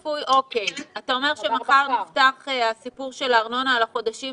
אתה אמר שמחר נפתח הסיפור של הארנונה על החודשים